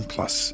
Plus